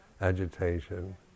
agitation